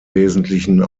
wesentlichen